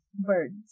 birds